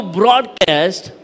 broadcast